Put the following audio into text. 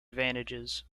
advantages